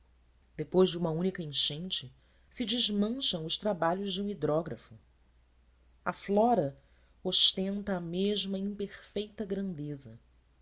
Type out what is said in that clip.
depois de uma única enchente se desmancham os trabalhos de um hidrógrafo a flora ostenta a mesma imperfeita grandeza